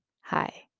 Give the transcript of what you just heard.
hi